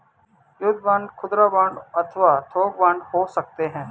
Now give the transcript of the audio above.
युद्ध बांड खुदरा बांड अथवा थोक बांड हो सकते हैं